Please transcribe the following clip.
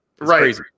right